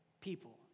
people